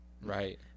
Right